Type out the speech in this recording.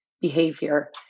behavior